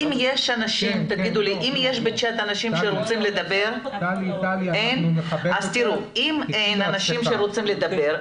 אם יש בצ'ט אנשים שרוצים לדבר- -- אם אין אנשים שרוצים לדבר,